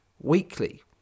weekly